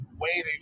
waiting